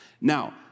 Now